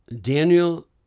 Daniel